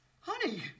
Honey